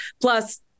Plus